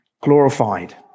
glorified